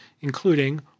including